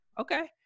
Okay